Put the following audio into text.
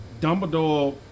Dumbledore